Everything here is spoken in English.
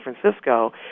Francisco